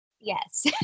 Yes